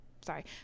sorry